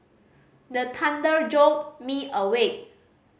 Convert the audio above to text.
the thunder jolt me awake